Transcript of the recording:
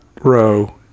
row